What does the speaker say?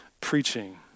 preaching